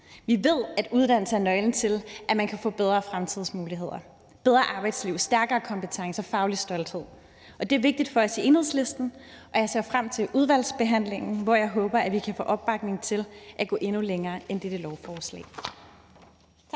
Vi ved, at uddannelse er nøglen til, at man kan få bedre fremtidsmuligheder, et bedre arbejdsliv, stærkere kompetencer og faglig stolthed. Det er vigtigt for os i Enhedslisten, og jeg ser frem til udvalgsbehandlingen, hvor jeg håber, at vi kan få opbakning til at gå endnu længere end dette lovforslag. Tak.